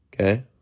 okay